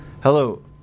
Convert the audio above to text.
Hello